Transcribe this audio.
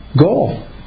goal